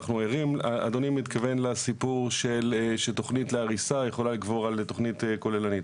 אדוני מתכוון לסיפור שתכנית להריסה יכולה לגבור על תכנית כוללנית.